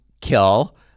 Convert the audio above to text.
kill